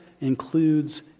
includes